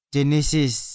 Genesis